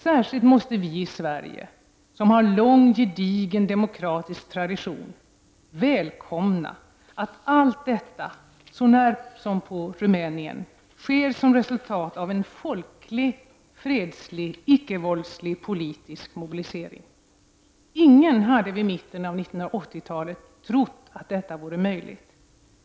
Särskilt måste vi i Sverige, som har lång, gedigen demokratisk tradition, välkomna att allt detta — så när som på Rumänien — sker som ett resultat av folklig, fredlig, icke-våldslig, politisk mobilisering. Ingen hade vid mitten av 1980-talet trott att detta vore möjligt.